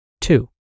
Two